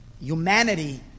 humanity